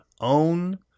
own